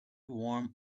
warm